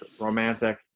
romantic